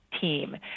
team